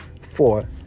four